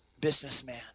businessman